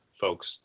folks